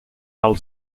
val